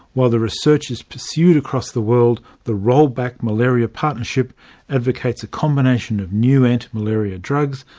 while the research is pursued across the world, the roll back malaria partnership advocates a combination of new anti-malaria drugs,